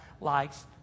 likes